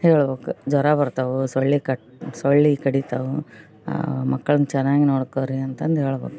ಹೇಳ್ಬೇಕು ಜ್ವರ ಬರ್ತವೆ ಸೊಳ್ಳೆ ಕಡಿ ಸೊಳ್ಳೆ ಕಡೀತವೆ ಮಕ್ಳನ್ನು ಚೆನ್ನಾಗಿ ನೋಡ್ಕೊಳ್ರಿ ಅಂತಂದು ಹೇಳಬೇಕು